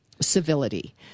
civility